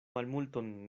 malmulton